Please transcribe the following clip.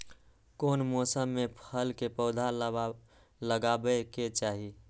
कौन मौसम में फल के पौधा लगाबे के चाहि?